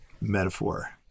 metaphor